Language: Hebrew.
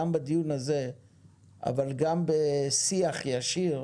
גם בדיון הזה אבל גם בשיח ישיר